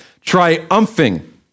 triumphing